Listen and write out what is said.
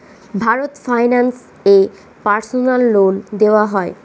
Bharat finance এ personal loan দেওয়া হয়?